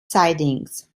sidings